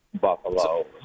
Buffalo